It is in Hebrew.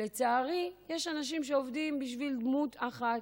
לצערי יש אנשים שעובדים בשביל דמות אחת,